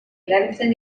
erabiltzen